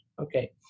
Okay